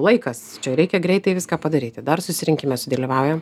laikas čia reikia greitai viską padaryti dar susirinkime sudalyvauja